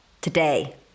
today